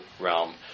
realm